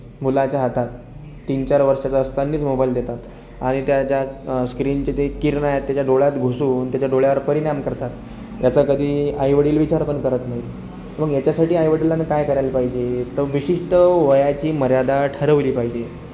मुलाच्या हातात तीन चार वर्षाचा असतानाच मोबाइल देतात आणि त्याच्यात स्क्रीनचे ते किरण आहेत त्याच्या डोळ्यात घुसून त्याच्या डोळ्यावर परिणाम करतात याचा कधी आईवडील विचार पण करत नाहीत मग याच्यासाठी आईवडिलांनी काय करायला पाहिजे तर विशिष्ट वयाची मर्यादा ठरवली पाहिजे